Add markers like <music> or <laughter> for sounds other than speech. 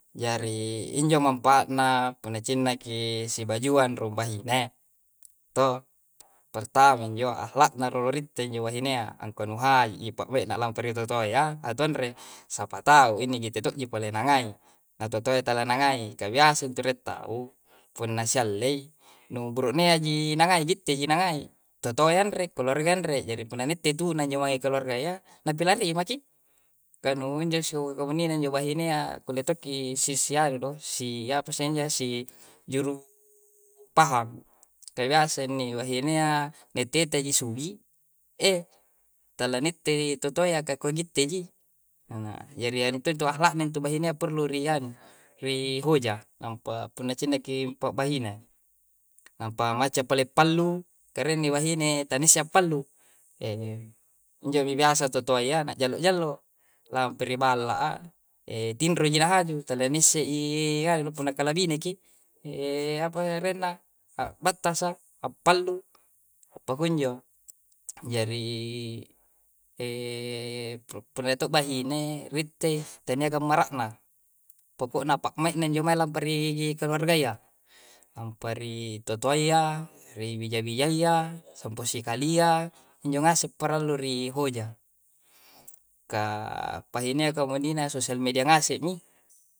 Jari injo mopa'na, punaci'na ki sibajuang drubahi'ne to. Pertama injo ahlak'na rororite injo wahinea, angko nu hayi yippawena' la totoeya atondre. Sapa tau inni ji totoje palen'na ngayi. Atotoe talanganayi, ka bisa intu retta, ou punna syalei nu buru'nea ji nangai gitti ji nangai totoe yandre. Koroeyandre jadi punanette injo mae keluargaya, na pelarri maki. Kamunjo' su komunino injo wahinea kulittoki sisiayare do' siapa si njo si juruuu pahang. Ka biasa ini wahinea, meteta ji suwi, eh talennete i' totoeya ka kogitte ji. jari anu to ji itu ahlak'na bahinea perlu riyani, rii hoja nampa punna cinne ki mpo bahine. Napa macca pallu-pallu, kare'ne wahi'ne tanisya pallu. <hesitation> injo biasa toto waiya na ja'lo-ja'lo. La mpiri bala'a <hesitation> tindro ji nahaju tada'nisse iiyanu punna kanabine ki. <hesitation> apa renna a bata'sa, appalu, apa kunjo. Jarii <hesitation> pronetobahi'ne ritte teniagano mara'na, poko'na pa'mai inna injo mae lamparee keluargayya, lampare totoyya, ri wija-wijayya, somposikali'yya, injo ngasu palaluri hoja'. <hesitation> pahineyya kaumanina sosial media ngaseng'i